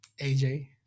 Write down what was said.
AJ